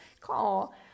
call